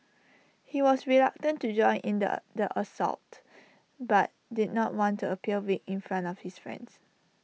he was reluctant to join in the A the assault but did not want appear weak in front of his friends